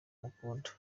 mukunda